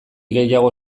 gehiago